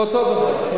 זה אותו דבר.